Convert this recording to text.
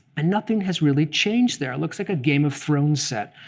and nothing has really changed there. it looks like a game of thrones set.